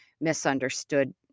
misunderstood